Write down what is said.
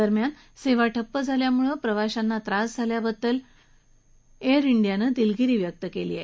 दरम्यान सेवा ठप्प झाल्यामुळे प्रवाशांना झालेल्या त्रासाबद्दल एअर डीयानं दिलगिरी व्यक्त केली आहे